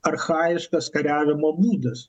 archajiškas kariavimo būdas